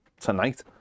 tonight